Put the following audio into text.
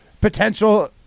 potential